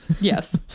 yes